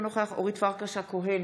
אינו נוכח אורית פרקש הכהן,